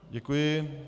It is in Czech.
Děkuji.